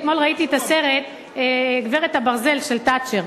אתמול ראיתי את הסרט "גברת הברזל", על תאצ'ר.